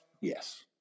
yes